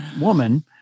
woman